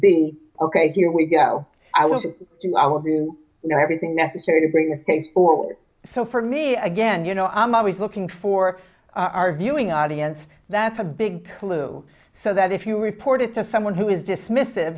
be ok here we go i will do all of you know everything necessary to break a safe or so for me again you know i'm always looking for our viewing audience that's a big clue so that if you report it to someone who is dismiss